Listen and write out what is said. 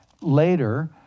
later